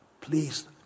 Please